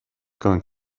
going